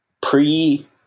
Pre